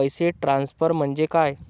पैसे ट्रान्सफर म्हणजे काय?